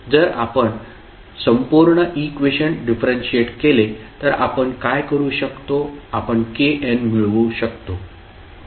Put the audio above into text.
जर आपण संपूर्ण इक्वेशन डिफरंशिएट केले तर आपण काय करू शकतो आपण kn मिळवू शकतो